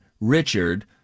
Richard